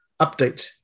update